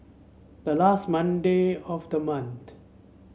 the last Monday of the